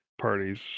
parties